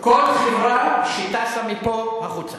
כל חברה שטסה מפה החוצה.